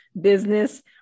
Business